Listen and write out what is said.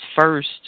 first